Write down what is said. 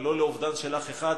ולא לאובדן של אח אחד,